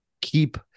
keep